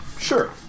sure